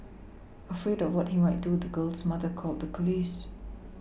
afraid of what he might do the girl's mother called the police